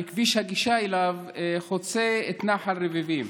כביש הגישה אליו חוצה את נחל רביבים.